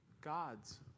God's